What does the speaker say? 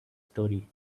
story